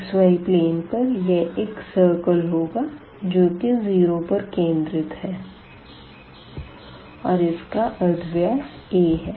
xy plane पर यह एक सर्कल होगा जो की 0 पर केंद्रित है और इसका अर्धव्यास a है